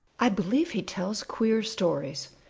i believe he tells queer stories.